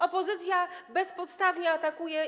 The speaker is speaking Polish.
Opozycja bezpodstawnie atakuje.